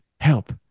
Help